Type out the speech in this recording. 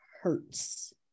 hurts